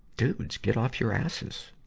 dudes, get off your asses!